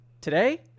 today